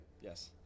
Yes